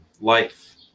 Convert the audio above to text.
life